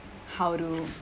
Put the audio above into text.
how to